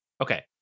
Okay